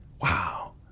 Wow